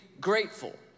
grateful